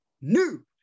new